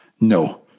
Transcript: no